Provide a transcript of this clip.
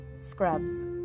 Scrub's